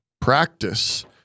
practice